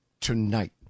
tonight